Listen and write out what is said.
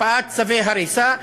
הקפאת צווי הריסה,